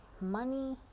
money